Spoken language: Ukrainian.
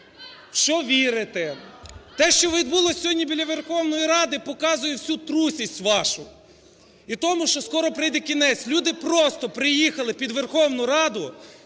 в що вірити. Те, що відбулось сьогодні біля Верховної Ради, показує всютрусість вашу і тому, що скоро прийде кінець. Люди просто приїхали під Верховну Раду,